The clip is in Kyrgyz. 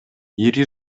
ири